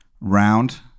round